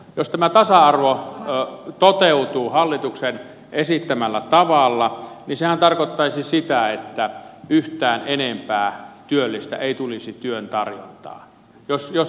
jos tämä tasa arvo toteutuu hallituksen esittämällä tavalla niin sehän tarkoittaisi sitä että yhtään useampaa työllistä ei tulisi työn tarjontaan jos näin käy